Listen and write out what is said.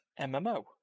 MMO